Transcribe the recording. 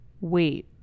wait